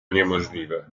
niemożliwe